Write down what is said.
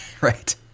Right